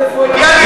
זה פרוידיאני,